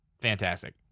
fantastic